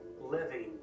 living